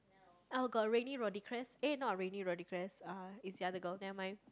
oh got Raini-Rodriguez eh not Raini-Rodriguez uh it's the other girl nevermind